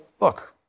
look